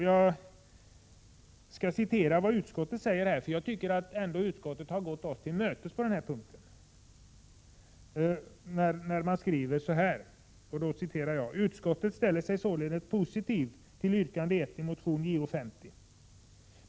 Jag skall citera vad utskottet säger i fråga om detta, eftersom jag tycker att utskottet har gått oss till mötes på denna punkt. ”Utskottet ställer sig således positivt till yrkande 1 i motion Jo50.